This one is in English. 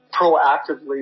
proactively